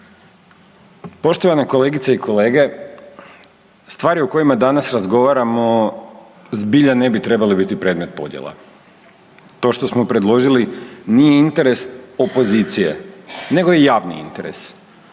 Poštovane kolegice i kolege stvari o kojima danas razgovaramo zbilja ne bi trebale biti predmet podjela. To što smo predložili nije interes opozicije nego je javni interes.